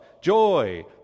joy